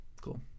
Cool